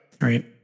Right